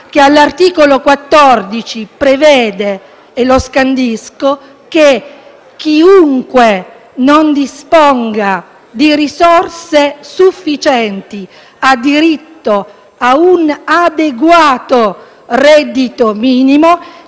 che all'articolo 14 prevede, e lo scandisco, che: «chiunque non disponga di risorse sufficienti, ha diritto a un adeguato reddito minimo